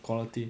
quality